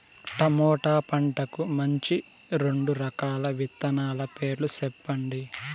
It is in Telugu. టమోటా పంటకు మంచి రెండు రకాల విత్తనాల పేర్లు సెప్పండి